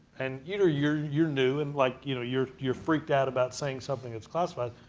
and you know, you're you're new and like you know you're you're freaked out about saying something that's classified,